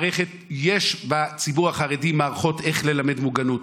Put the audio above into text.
יש בציבור החרדי מערכות איך ללמד מוגנות.